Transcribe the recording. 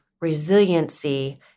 resiliency